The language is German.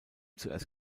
zuerst